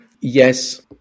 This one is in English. yes